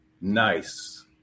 nice